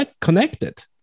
connected